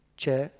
c'è